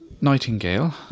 Nightingale